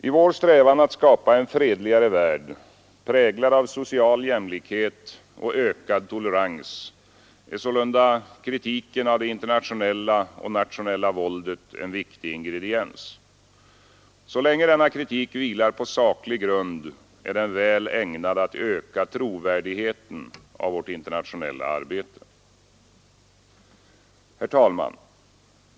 I vår strävan att skapa en fredligare värld präglad av social jämlikhet och ökad tolerans är sålunda kritiken av det internationella och nationella våldet en viktig ingrediens. Så länge denna kritik vilar på saklig grund är den väl ägnad att öka trovärdigheten av vårt internationella arbete. Herr talman!